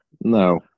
No